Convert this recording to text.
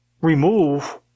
remove